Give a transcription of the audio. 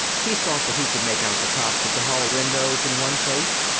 he thought that he could make out the tops of the hall windows in one place,